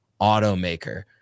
automaker